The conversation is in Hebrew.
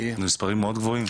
אלה מספרים מאוד גבוהים.